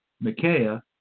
Micaiah